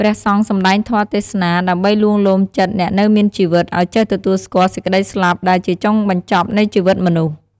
ព្រះសង្ឃសម្តែងធម៌ទេសនាដើម្បីលួងលោមចិត្តអ្នកនៅមានជីវិតឲ្យចេះទទួលស្គាល់សេចក្ដីស្លាប់ដែលជាចុងបញ្ចប់នៃជីវិតមនុស្ស។